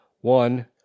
One